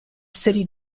city